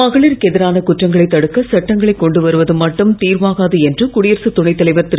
மகளிருக்கு எதிரான குற்றங்களை தடுக்க சட்டங்களை கொண்டு வருவது மட்டும் தீர்வாகாது என்று குடியரசுத் துணை தலைவர் திரு